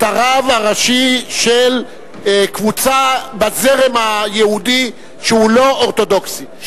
הרב הראשי של קבוצה בזרם היהודי שהוא לא-אורתודוקסי,